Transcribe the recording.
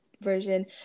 version